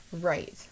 Right